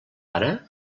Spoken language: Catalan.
ara